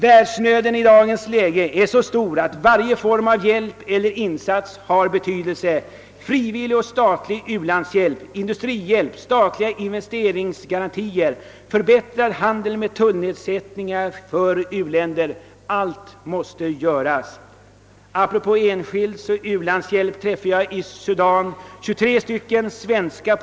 Världsnöden är i dag så stor att varje form av hjälp är av betydelse: frivillig och statlig u-landshjälp, industrihjälp, statliga investeringsgarantier, förbättrad handel med tullnedsättningar för u-länderna 0. s. Vv. På tal om den enskilda u-landshjälpen träffade jag en gång 23 svenska pojkar i Sudan.